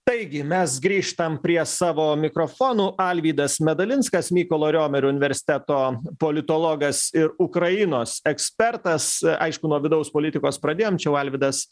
taigi mes grįžtam prie savo mikrofonų alvydas medalinskas mykolo romerio universiteto politologas ir ukrainos ekspertas aišku nuo vidaus politikos pradėjom čia jau alvydas